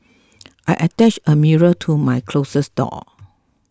I attached a mirror to my closet door